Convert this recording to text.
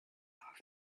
off